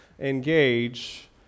engage